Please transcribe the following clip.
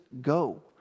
go